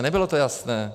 Nebylo to jasné.